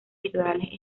litorales